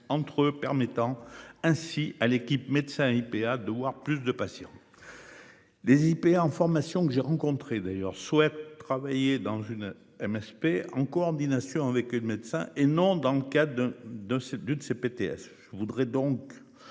entre permettant ainsi à l'équipe médecin IPA de voir plus de patients. Les IPA en formation que j'ai rencontré d'ailleurs souhaitent travailler dans une MSP, en coordination avec le médecin et non dans le cas de de de ces BTS. Je voudrais donc